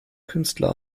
künstler